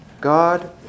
God